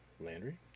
Landry